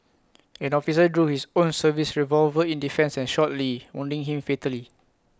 an officer drew his own service revolver in defence and shot lee wounding him fatally